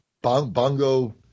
Bongo